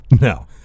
No